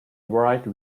write